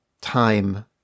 time